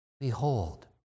behold